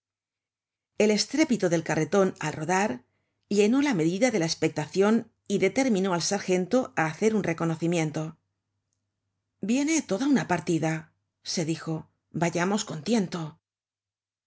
el estrépito del carreton al rodar llenó la medida de la espectacion y determinó al sargento á hacer un reconocimiento viene toda una partida se dijo vayamos